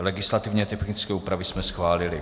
Legislativně technické úpravy jsme schválili.